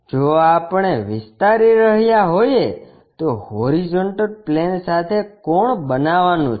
જો આપણે વિસ્તારી રહ્યા હોઈએ તો હોરીઝોન્ટલ પ્લેન સાથે કોણ બનાવવાનું છે